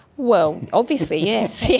well, obviously, yes! yeah